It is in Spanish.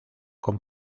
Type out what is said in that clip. con